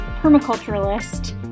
permaculturalist